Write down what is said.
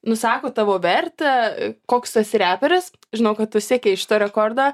nusako tavo vertę koks tas reperis žinau kad tu siekei šitą rekordą